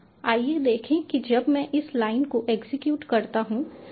आइए देखें कि जब मैं इस लाइन को एग्जीक्यूट करता हूं तो क्या होता है